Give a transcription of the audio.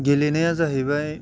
गेलेनाया जाहैबाय